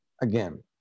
again